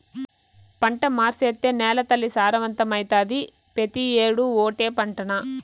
పంట మార్సేత్తే నేలతల్లి సారవంతమైతాది, పెతీ ఏడూ ఓటే పంటనా